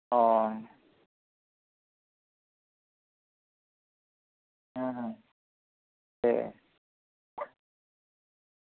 ᱚ ᱦᱩᱸ ᱦᱩᱸ ᱚ